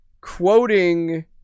quoting